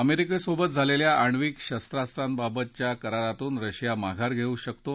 अमेरिकेसोबत झालेल्या आणिवक शस्त्रांबाबतच्या करारातून रशिया माघार घेऊ शकतो